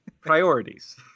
Priorities